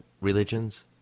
religions